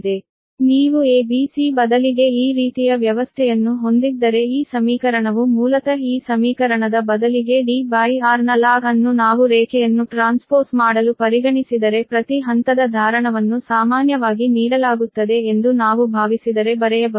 ಆದ್ದರಿಂದ ನೀವು a b c ಬದಲಿಗೆ ಈ ರೀತಿಯ ವ್ಯವಸ್ಥೆಯನ್ನು ಹೊಂದಿದ್ದರೆ ಈ ಸಮೀಕರಣವು ಮೂಲತಃ ಈ ಸಮೀಕರಣದ ಬದಲಿಗೆ Dr ನ ಲಾಗ್ ಅನ್ನು ನಾವು ರೇಖೆಯನ್ನು ಟ್ರಾನ್ಸ್ಪೋಸ್ ಮಾಡಲು ಪರಿಗಣಿಸಿದರೆ ಪ್ರತಿ ಹಂತದ ಧಾರಣವನ್ನು ಸಾಮಾನ್ಯವಾಗಿ ನೀಡಲಾಗುತ್ತದೆ ಎಂದು ನಾವು ಭಾವಿಸಿದರೆ ಬರೆಯಬಹುದು